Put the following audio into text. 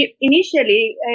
initially